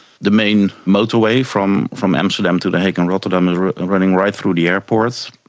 the main motorway from from amsterdam to the hague and rotterdam is running right through the airport,